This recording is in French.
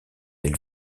elle